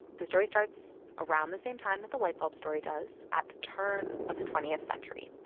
the story starts around the same time that the light bulb story does, at the turn of the twentieth century.